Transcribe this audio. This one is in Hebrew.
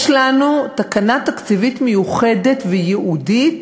יש לנו תקנה תקציבית מיוחדת וייעודית